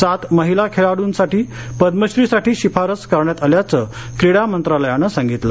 सात महिला खेळाडूंची पद्मश्रीसाठी शिफारस करण्यात आल्याचं क्रीडा मंत्रालयानं सांगितलं